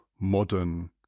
modern